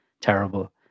terrible